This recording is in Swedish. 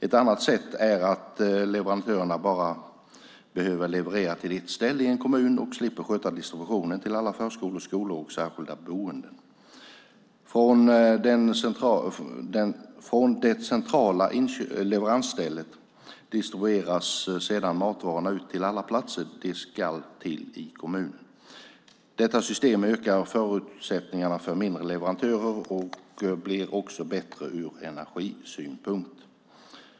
Ett annat sätt är att leverantörerna bara behöver leverera till ett ställe i en kommun och slipper sköta distributionen till alla förskolor, skolor och särskilda boenden. Från det centrala leveransstället distribueras sedan matvarorna ut till alla platser de ska till i kommunen. Detta system ökar förutsättningen för mindre, lokala leverantörer och blir också bättre ur energisynpunkt.